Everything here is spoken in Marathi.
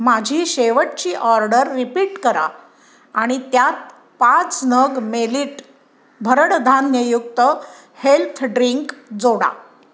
माझी शेवटची ऑर्डर रिपीट करा आणि त्यात पाच नग मेलिट भरडधान्ययुक्त हेल्थ ड्रिंक जोडा